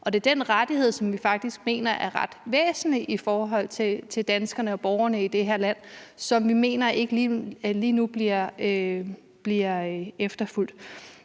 Det er den rettighed, som vi faktisk mener er ret væsentlig i forhold til danskerne og borgerne i det her land, og vi mener ikke, at det lige nu bliver sikret.